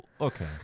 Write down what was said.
Okay